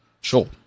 Sure